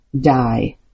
die